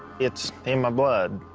it's in my blood,